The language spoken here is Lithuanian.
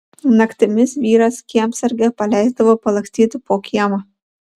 naktimis vyras kiemsargę paleisdavo palakstyti po kiemą